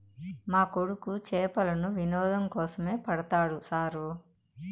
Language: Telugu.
మా కొడుకు చేపలను వినోదం కోసమే పడతాడు సారూ